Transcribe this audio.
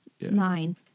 nine